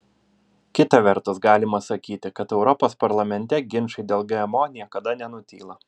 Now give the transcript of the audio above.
kita vertus galima sakyti kad europos parlamente ginčai dėl gmo niekada nenutyla